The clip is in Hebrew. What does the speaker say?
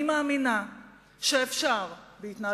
לא נשמור על ירושלים אם נגיד "לא" לכל דבר,